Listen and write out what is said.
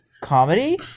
Comedy